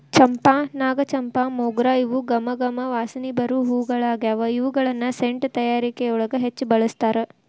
ಚಂಪಾ, ನಾಗಚಂಪಾ, ಮೊಗ್ರ ಇವು ಗಮ ಗಮ ವಾಸನಿ ಬರು ಹೂಗಳಗ್ಯಾವ, ಇವುಗಳನ್ನ ಸೆಂಟ್ ತಯಾರಿಕೆಯೊಳಗ ಹೆಚ್ಚ್ ಬಳಸ್ತಾರ